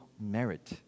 merit